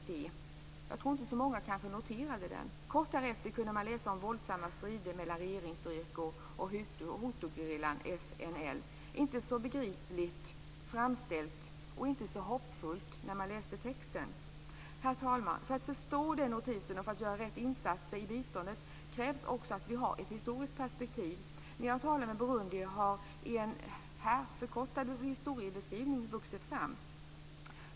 Det kanske inte var så många som noterade den, men kort därunder kunde man läsa om våldsamma strider mellan regeringsstyrkor och hutugerillan FLN. Det var inte så begripligt och inte så hoppfullt framställt. Herr talman! För att förstå den notisen och för att göra rätt insatser i biståndet krävs också att vi har ett historiskt perspektiv. När jag har talat med burundier har en, här förkortad, historiebeskrivning vuxit fram.